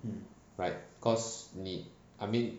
right cause 你 I mean